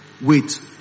wait